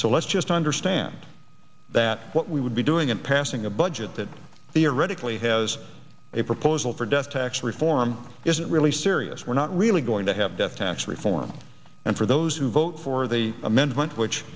so let's just understand that what we would be doing in passing a budget that theoretically has a proposal for death tax reform isn't really serious we're not really going to have death tax reform and for those who vote for the amendment which